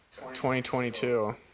2022